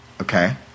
Okay